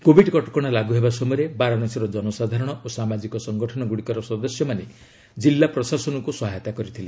Covid କଟକଣା ଲାଗୁ ହେବା ସମୟରେ ବାରାଣାସୀର ଜନସାଧାରଣ ଓ ସାମାଜିକ ସଙ୍ଗଠନଗ୍ରଡ଼ିକର ସଦସ୍ୟମାନେ ଜିଲ୍ଲା ପ୍ରଶାସନକ୍ର ସହାୟତା କରିଥିଲେ